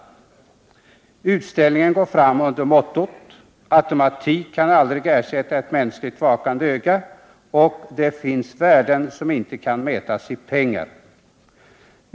Mottot för utställningen är Automatik kan aldrig ersätta ett mänskligt vakande öga och Det finns värden som inte kan mätas i pengar.